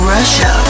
Russia